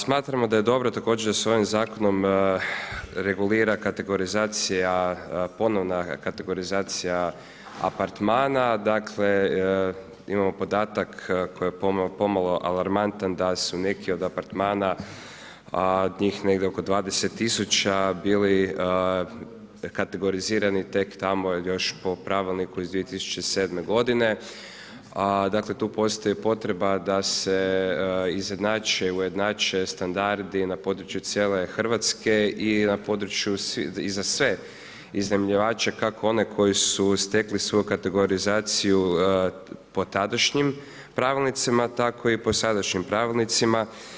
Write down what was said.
Smatramo da je dobro da se ovim zakonom regulira ponovna kategorizacija apartmana, dakle, imamo podatak, koji je pomalo alarmantan, da su neki od apartmana, njih negdje oko 20000 bili kategorizirani tek tamo jer još po pravilniku iz 2007. g. dakle tu postoji potreba da se izjednače, ujednačene standardi na području cijele Hrvatske i na području za sve iznajmljivače, kako one koji su stekli svu kategorizaciju po tadašnjim pravilnicima tako i po sadašnjim pravilnicima.